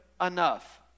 enough